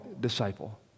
disciple